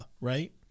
Right